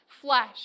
flesh